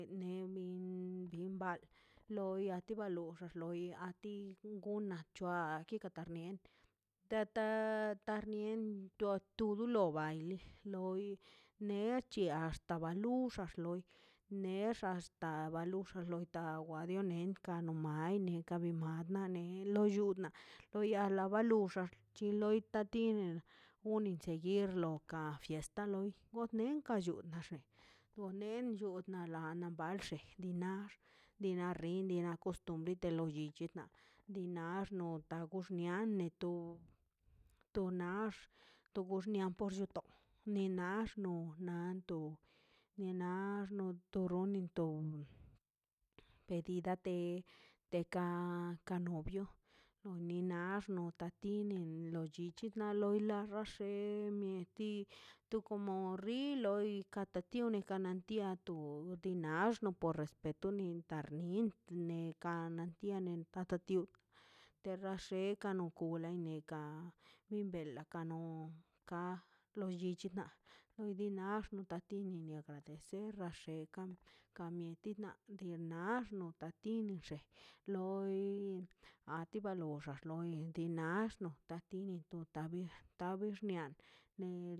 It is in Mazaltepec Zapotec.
Nen bi nem ba loi anti ba loxa loi a ti gona c̱hoa an ti ka nien da darnien tua tu doloba ai li loi nerchia axta baluxa loi nexa axta luxa ban taw wa do niw ka mai miew ka mai na ne lo llunnaꞌ loia a ba la luxaꞌ chin loi ta tin unen cheguirlo ka fiesta loi god nenka chux gonen nat chu na lana balxe nax lina li ina acostumbre de lo llichi na dinax no ti gux niane to tonax to gux nia porllo to pax no nanto ni nan xonto no ninton pedida de ka ka novio no ni nax no ota tinin lo llichi na no la xa xe mieti tu komo ri loi ka tatione ka tia to dina nax por respeto intarnin neka nintia ta tio terra sheka no ko wi loika neka in belaka no ka lo llichi na loi di nax nita tin ni na agradecer nixe rekan ka mieti na le nax nota kinxe loi anti ba lox xax loi dina axno ta tini tab tabix nia ne